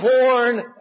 born